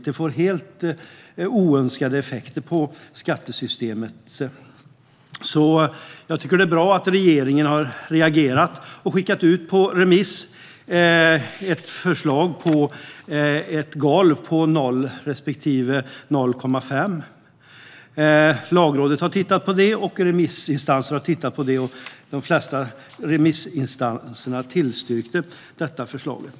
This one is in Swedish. Det får helt oönskade effekter på skattesystemet. Jag tycker därför att det är bra att regeringen har reagerat och skickat ut ett förslag på remiss om ett golv på 0 respektive 0,5. Lagrådet och remissinstanser har tittat på detta, och de flesta tillstyrkte förslaget.